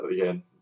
Again